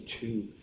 two